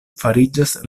fariĝas